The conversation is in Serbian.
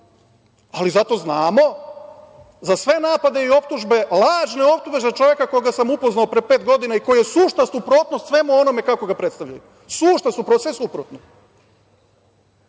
ali zato znamo za sve napade i optužbe, lažne optužbe za čoveka koga sam upoznao pre pet godina i koji je sušta suprotnost svemu onome kako ga predstavljaju. Sušta suprotnost, sve suprotno. Dakle,